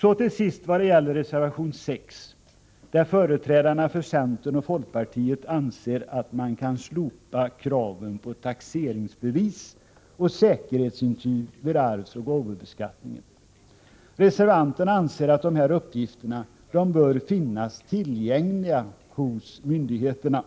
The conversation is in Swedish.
Så till sist till reservation 6, där företrädarna för centern och folkpartiet anser att man kan slopa kraven på taxeringsbevis och säkerhetsintyg vid arvsoch gåvobeskattningen. Reservanterna anser att dessa uppgifter bör finnas tillgängliga hos myndigheterna.